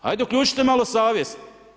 Hajde uključite malo savjest.